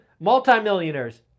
multi-millionaires